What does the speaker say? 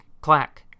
clack